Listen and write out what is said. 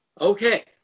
okay